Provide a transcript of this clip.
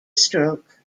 stroke